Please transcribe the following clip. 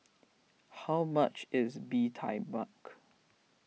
how much is Bee Tai Mak